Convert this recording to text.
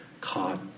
caught